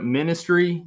ministry